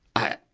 i